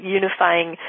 unifying